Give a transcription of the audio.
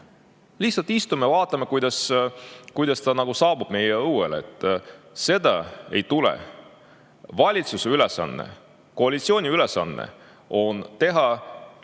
lihtsalt istume ja vaatame, kuidas see meie õuele saabub. Seda ei tule. Valitsuse ülesanne, koalitsiooni ülesanne on teha